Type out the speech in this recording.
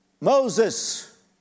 Moses